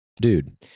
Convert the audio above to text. Dude